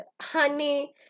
honey